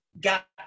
got